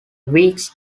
weeks